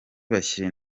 bashyira